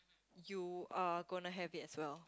you are gonna have it as well